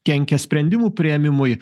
kenkia sprendimų priėmimui